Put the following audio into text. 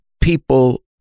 people